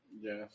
Yes